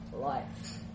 Life